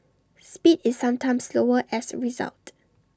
speed is sometimes slower as A result